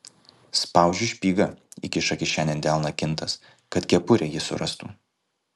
spaudžiu špygą įkiša kišenėn delną kintas kad kepurę ji surastų